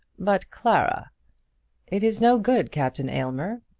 but clara it is no good, captain aylmer.